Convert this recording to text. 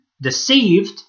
deceived